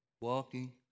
walking